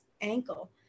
ankle